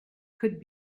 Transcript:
could